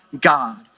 God